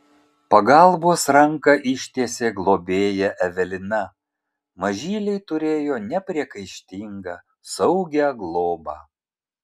pagalbos ranką ištiesė globėja evelina mažyliai turėjo nepriekaištingą saugią globą